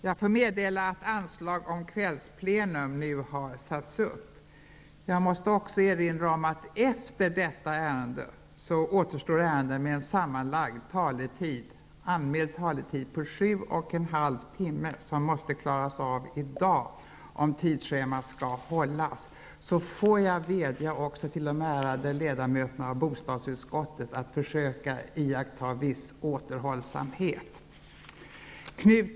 Jag får meddela att anslag om kvällsplenum nu har satts upp. Jag måste också erinra om att efter detta ärende så återstår ärenden med en sammanlagd anmäld taletid på sju och en halv timme, som måste klaras av i dag om tidsschemat skall hållas. Jag vill därför vädja till de ärade ledamöterna i bostadsutskottet att försöka iaktta viss återhållsamhet.